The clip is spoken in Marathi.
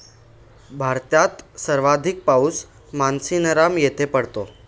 भारतात सर्वाधिक पाऊस मानसीनराम येथे पडतो